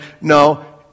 no